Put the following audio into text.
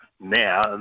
now